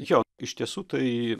jo iš tiesų tai